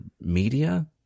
media